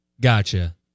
gotcha